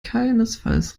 keinesfalls